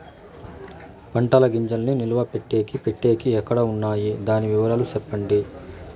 పంటల గింజల్ని నిలువ పెట్టేకి పెట్టేకి ఎక్కడ వున్నాయి? దాని వివరాలు సెప్పండి?